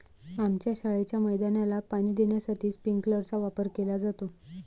आमच्या शाळेच्या मैदानाला पाणी देण्यासाठी स्प्रिंकलर चा वापर केला जातो